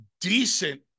decent